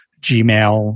Gmail